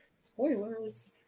Spoilers